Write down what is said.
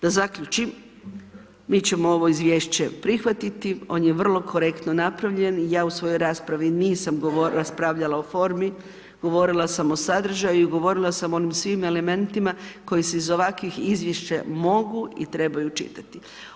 Da zaključim, mi ćemo ovo izvješće prihvatiti, on je vrlo korektno napravljen, ja u svojoj raspravi nisam raspravljala o formi, govorila sam o sadržaju i govorila sam o onim svim elementima koji se iz ovakvih izvješća mogu i trebaju čitati.